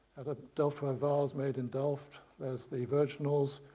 a delftware vase made in delft, there's the virginals,